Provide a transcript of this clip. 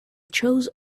chose